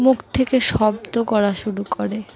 মুখ থেকে শব্দ করা শুরু করে